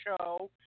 show